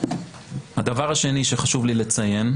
הדבר השני שחשוב לי לציין,